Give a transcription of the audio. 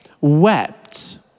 wept